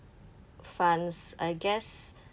funds I guess